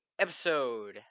episode